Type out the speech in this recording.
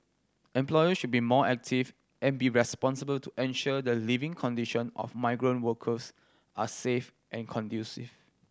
employers should be more active and be responsible to ensure the living condition of migrant workers are safe and conducive